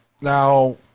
Now